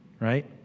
right